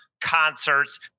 concerts